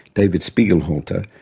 david spiegelhalter,